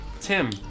Tim